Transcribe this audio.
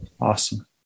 Awesome